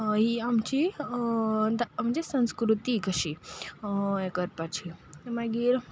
ही आमची म्हणजे संस्कृती कशी हें करपाची मागीर